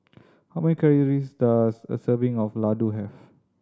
how many calories does a serving of Ladoo have